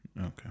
Okay